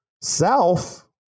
self